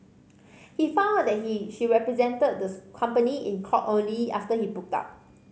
he found out that he she represented this company in court only after he booked out